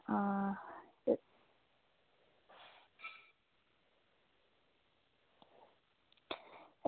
हां